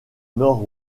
nord